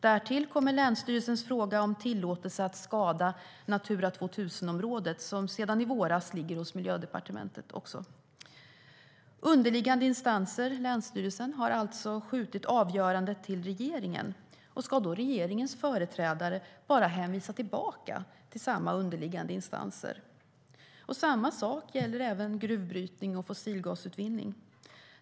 Sedan är det länsstyrelsens fråga om tillåtelse att skada Natura 2000-området, som sedan i våras också ligger hos Miljödepartementet. Underliggande instanser, länsstyrelsen, har alltså skjutit avgörandet till regeringen. Ska då regeringens företrädare bara hänvisa tillbaka till samma underliggande instanser? Samma sak gäller även gruvbrytning och fossilgasutvinning.